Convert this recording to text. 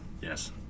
Yes